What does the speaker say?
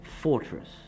Fortress